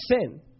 sin